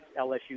LSU